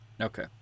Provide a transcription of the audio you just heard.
Okay